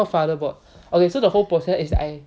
father board okay so the whole process is that I